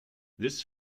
this